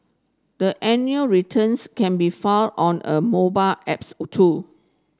the annual returns can be filed on a mobile apps or too